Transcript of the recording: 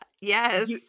Yes